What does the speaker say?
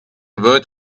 word